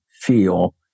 feel